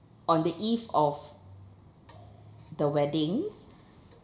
on the eve of the wedding